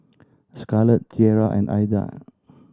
Scarlet Tiera and Aida